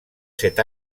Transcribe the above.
set